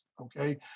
okay